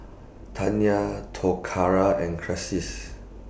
Taya Toccara and Crissies